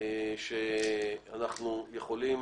שאנחנו יכולים